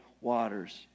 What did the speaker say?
waters